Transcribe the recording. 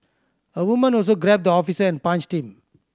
a woman also grabbed the officer and punched him